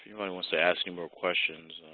you know i mean wants to ask any more questions,